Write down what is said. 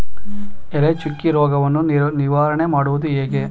ಎಲೆ ಚುಕ್ಕಿ ರೋಗವನ್ನು ನಿವಾರಣೆ ಮಾಡುವುದು ಹೇಗೆ?